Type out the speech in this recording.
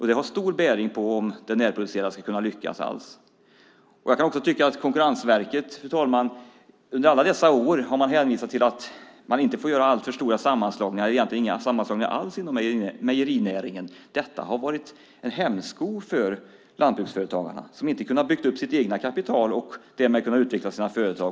Det har stor bäring på om det närproducerade alls ska kunna lyckas. Fru talman! Konkurrensverket har under alla år hänvisat till att man inte får göra alltför stora och egentligen inga sammanslagningar alls inom mejerinäringen. Detta har varit en hämsko för lantbruksföretagarna. De har inte kunnat bygga upp sina egna kapital och utveckla sina företag.